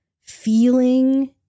feeling